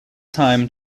time